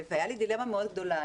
הייתה לי דילמה מאוד גדולה,